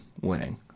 winning